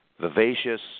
vivacious